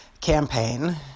campaign